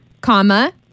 comma